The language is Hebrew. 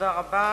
תודה רבה.